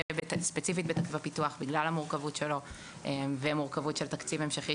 ספציפית בתקציב הפיתוח בגלל המורכבות שלו ומורכבות של תקציב המשכי,